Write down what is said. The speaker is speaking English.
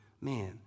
Man